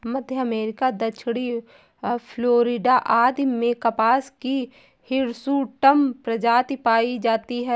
मध्य America, दक्षिणी Florida आदि में कपास की हिर्सुटम प्रजाति पाई जाती है